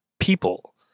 people